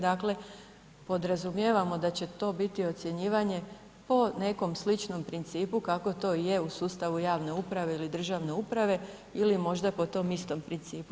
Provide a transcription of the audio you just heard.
Dakle, podrazumijevamo da će to biti ocjenjivanje po nekom sličnom principu kako to i je u sustavnu javne uprave ili državne uprave ili možda po tom istom principu.